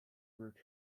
brook